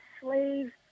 slaves